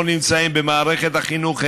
יש לנו בעיה עם החוק בכללותו.